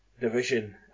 division